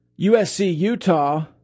USC-Utah